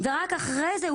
ורק אחרי זה,